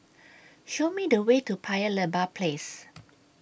Show Me The Way to Paya Lebar Place